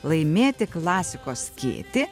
laimėti klasikos skėtį